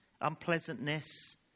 unpleasantness